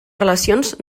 relacions